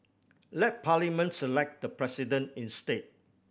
let Parliament select the President instead